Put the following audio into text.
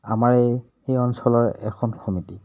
আমাৰ এই সেই অঞ্চলৰে এখন সমিতি